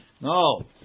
No